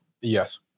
Yes